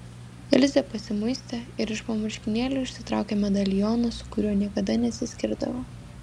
ilzė pasimuistė ir iš po marškinėlių išsitraukė medalioną su kuriuo niekada nesiskirdavo